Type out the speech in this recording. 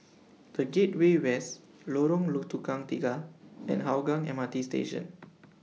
The Gateway West Lorong Tukang Tiga and Hougang M R T Station